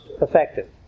effective